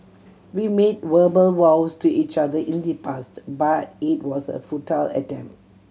we made verbal vows to each other in the past but it was a futile attempt